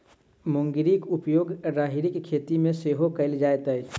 मुंगरीक उपयोग राहरिक खेती मे सेहो कयल जाइत अछि